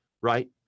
right